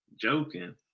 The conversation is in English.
joking